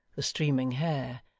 the streaming hair,